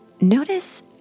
notice